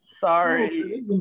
Sorry